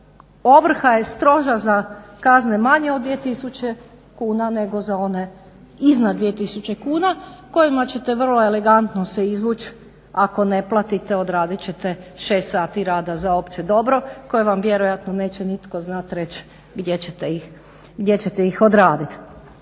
ovrha je stroža za kazne manje od 2 tisuće kuna nego za one iznad 2 tisuće kuna kojima ćete vrlo elegantno se izvući, ako ne platite odradit ćete 6 sati rada za opće dobro koje vjerojatno neće nitko znati reći gdje ćete ih odraditi.